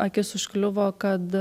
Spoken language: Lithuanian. akis užkliuvo kad